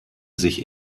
sich